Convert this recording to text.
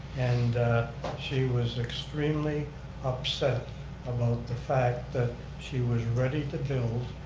and she was extremely upset about the fact that she was ready to build,